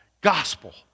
gospel